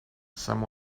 some